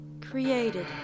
created